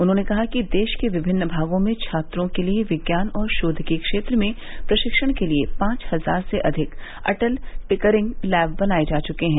उन्होंने कहा कि देश के विभिन्न भागों में छात्रों के लिए विज्ञान और शोध के क्षेत्र में प्रशिक्षण के लिए पांच हजार से अधिक अटल टिंकरिंग लैब बनाए जा चुके हैं